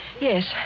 Yes